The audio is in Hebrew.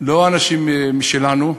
לא אנשים משלנו,